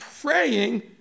praying